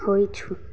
ହୋଇଛୁ